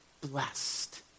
blessed